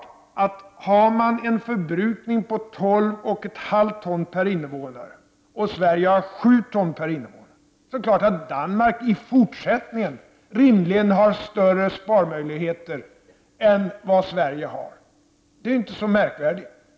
Om man i Danmark har en förbrukning om 12,5 ton per invånare — Sverige har en förbrukning om 7 ton per invånare — är det klart att Danmark i fortsättningen rimligen har större sparmöjligheter än vad Sverige har. Det är således inte så märkvärdigt.